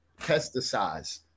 pesticides